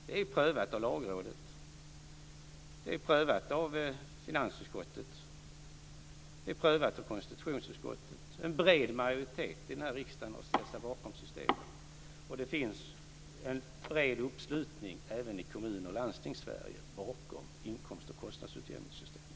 Det är prövat av Lagrådet, av finansutskottet och av konstitutionsutskottet. En bred majoritet här i riksdagen har ställt sig bakom systemet och det finns en bred uppslutning även i Kommun och Landstingssverige bakom inkomst och kostnadsutjämningssystemet.